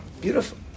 Beautiful